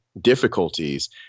difficulties